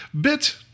bit